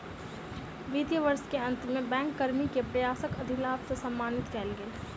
वित्तीय वर्ष के अंत में बैंक कर्मी के प्रयासक अधिलाभ सॅ सम्मानित कएल गेल